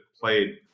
played